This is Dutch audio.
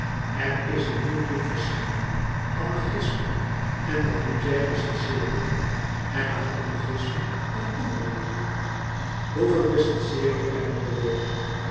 er is een nieuw boek verschenen anarchisme en dat moet jij recenlouis couperus metamorfoze seeren en na anarchisme een ander nieuw boek hoeveel recenseer je er in de week